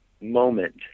moment